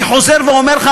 אני חוזר ואומר לך,